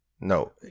No